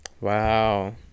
wow